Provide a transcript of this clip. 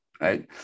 right